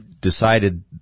decided